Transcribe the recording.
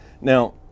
Now